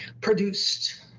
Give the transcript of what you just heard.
produced